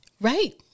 Right